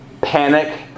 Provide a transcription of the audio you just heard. panic